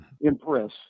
impress